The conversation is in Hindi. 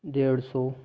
डेढ़ सौ